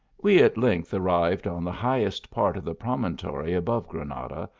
we at length arrived on the highest part of the promontory above granada,